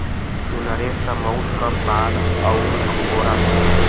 उनरेसमऊट क बाल अउर अंगोरा होला